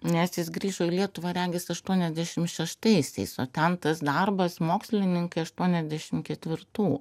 nes jis grįžo į lietuvą regis aštuoniasdešimt šeštaisiais o ten tas darbas mokslininkai aštuoniasdešimt ketvirtų